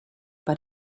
but